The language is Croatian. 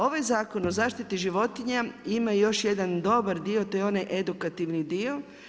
Ovaj Zakon o zaštiti životinja ima još jedan dobar dio, to je onaj edukativni dio.